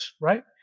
right